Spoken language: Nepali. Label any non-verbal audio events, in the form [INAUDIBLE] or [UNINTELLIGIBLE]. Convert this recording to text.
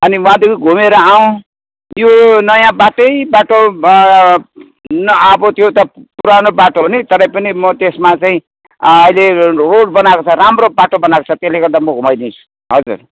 अनि [UNINTELLIGIBLE] घुमेर आउँ यो नयाँ बाटै बाटो न अब त्यो त पुरानो बाटो हो नि तरै पनि म त्यसमा चाहिँ अहिले रोड बनाएको छ राम्रो बाटो बनाएको छ त्यसले गर्दा म घुमाइदिन्छु हजुर